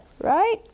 right